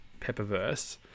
Pepperverse